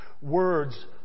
Words